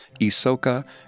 Isoka